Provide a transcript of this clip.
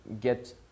get